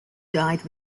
died